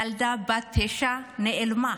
ילדה בת תשע נעלמה.